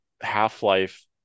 Half-Life